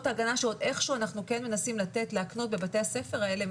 ההגנה שעוד איך שהוא אנחנו מנסים לתת ולהקנות בבתי הספר האלה,